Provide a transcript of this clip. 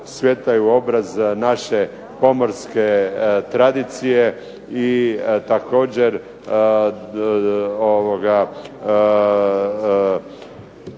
svjetlaju obraz za naše pomorske tradicije i također